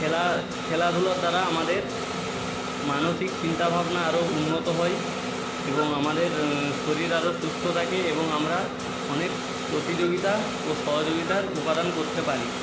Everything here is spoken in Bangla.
খেলা খেলাধুলার দ্বারা আমাদের মানসিক চিন্তা ভাবনা আরো উন্নত হয় এবং আমাদের শরীর আরো সুস্থ থাকে এবং আমরা অনেক প্রতিযোগিতা ও সহযোগিতার উপাদান করতে পারি